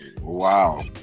Wow